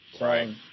Right